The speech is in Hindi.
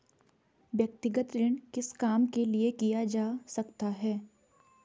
व्यक्तिगत ऋण किस काम के लिए किया जा सकता है?